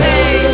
Hey